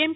એમ